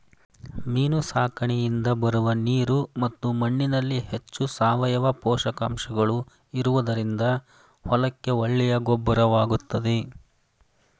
ಮೀನು ಸಾಕಣೆಯಿಂದ ಬರುವ ನೀರು ಮತ್ತು ಮಣ್ಣಿನಲ್ಲಿ ಹೆಚ್ಚು ಸಾವಯವ ಪೋಷಕಾಂಶಗಳು ಇರುವುದರಿಂದ ಹೊಲಕ್ಕೆ ಒಳ್ಳೆಯ ಗೊಬ್ಬರವಾಗುತ್ತದೆ